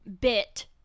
bit